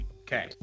okay